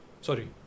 sorry